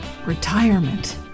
Retirement